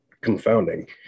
confounding